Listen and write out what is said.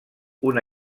una